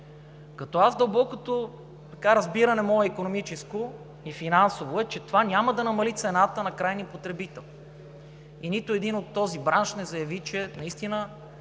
Моето дълбоко разбиране – икономическо и финансово, е, че това няма да намали цената за крайния потребител и нито един от този бранш не заяви, че наистина